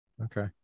Okay